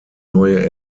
neue